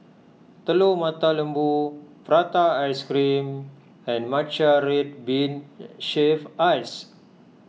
Telur Mata Lembu Prata Ice Cream and Matcha Red Bean Shaved Ice